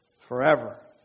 forever